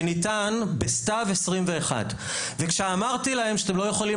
שניתן בסתיו 21 וכשאמרתי להם שאתם לא יכולים